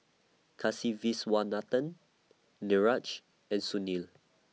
Kasiviswanathan Niraj and Sunil